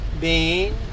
Bean